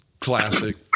Classic